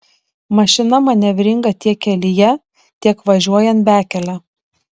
mašina manevringa tiek kelyje tiek važiuojant bekele